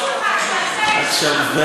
עכשיו,